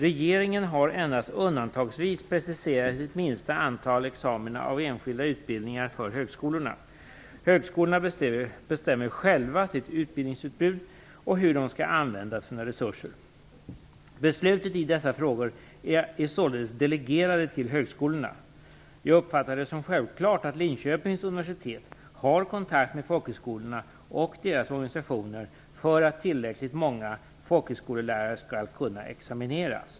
Regeringen har endast undantagsvis preciserat ett minsta antal examina av enskilda utbildningar för högskolorna. Högskolorna bestämmer själva sitt utbildningsutbud och hur de skall använda sina resurser. Beslut i dessa frågor är således delegerade till högskolorna. Jag uppfattar det som självklart att Linköpings universitet har kontakt med folkhögskolorna och deras organisationer för att tillräckligt många folkhögskollärare skall kunna examineras.